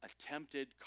attempted